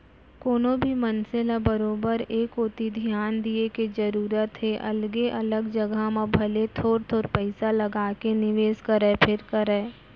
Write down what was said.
कोनो भी मनसे ल बरोबर ए कोती धियान दिये के जरूरत हे अलगे अलग जघा म भले थोर थोर पइसा लगाके निवेस करय फेर करय